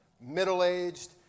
middle-aged